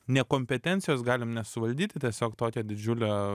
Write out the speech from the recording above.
nekompetencijos galim nesuvaldyti tiesiog tokio didžiulio